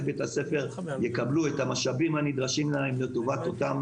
בית הספר יקבלו את המשאבים הנדרשים להם לטובת אותן